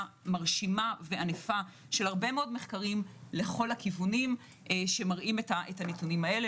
מרשימה וענפה של הרבה מאוד מחקרים לכל הכיוונים שמראים את הנתונים האלה.